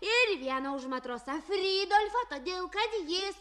ir vieną už matrosą fridolfą todėl kad jis